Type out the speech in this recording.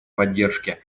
поддержки